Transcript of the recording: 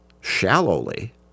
shallowly